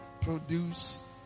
produce